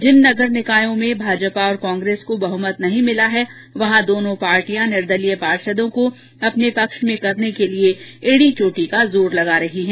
जिन नगर निकायों में भाजपा तथा कांग्रेस को बहुमत नहीं मिला है वहाँ दोनों पार्टियां निर्दलीय पार्षदों को अपने पक्ष में करने के लिये एड़ी चोटी का जोर लगा रही हैं